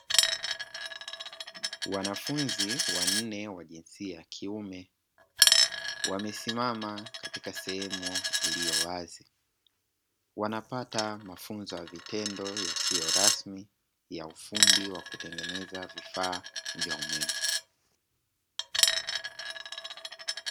Wanafunzi wanne wa jinsia ya kiume, wamesimama katika sehemu iliyo wazi wanapata mafunzo ya vitendo isiyo rasmi ya ufundi wa kutengeneza vifaa vya umeme.